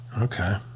Okay